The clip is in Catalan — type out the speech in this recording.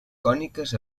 còniques